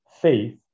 faith